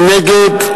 מי נגד?